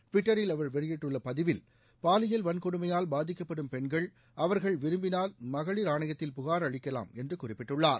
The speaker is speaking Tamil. டிவிட்டரில் அவர் வெளியிட்டுள்ள பதிவில் பாலியல் வன்கொடுமையால் பாதிக்கப்படும் பெண்கள் அவர்கள் விரும்பினால் மகளிர் ஆணையத்தில் புகார் அளிக்கலாம் என்று குறிப்பிட்டுள்ளார்